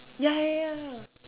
ya ya ya